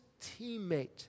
teammate